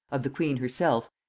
of the queen herself,